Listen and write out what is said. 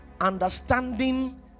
understanding